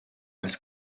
als